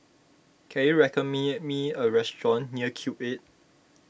can you recommend me me a restaurant near Cube eight